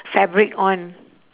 fabric on